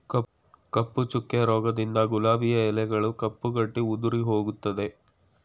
ಕಪ್ಪು ಚುಕ್ಕೆ ರೋಗದಿಂದ ಗುಲಾಬಿಯ ಎಲೆಗಳು ಕಪ್ಪು ಗಟ್ಟಿ ಉದುರಿಹೋಗುತ್ತದೆ